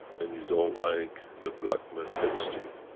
and you don't like the black man next to you.